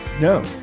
No